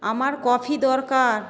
আমার কফি দরকার